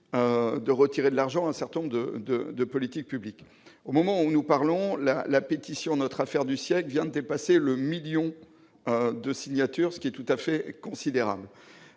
de retirer des moyens à un certain nombre de politiques publiques. Au moment où nous parlons, la pétition « L'affaire du siècle » vient de dépasser le million de signataires, ce qui est considérable.